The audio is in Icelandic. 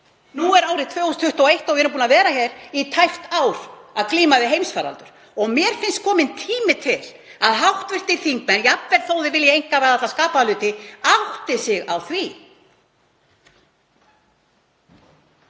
Nú er árið 2021 og við erum búin að vera hér í tæpt ár að glíma við heimsfaraldur. Mér finnst kominn tími til að hv. þingmenn, jafnvel þó að þeir vilji einkavæða alla skapaða hluti, átti sig á því.